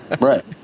right